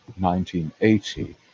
1980